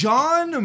John